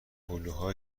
هلوها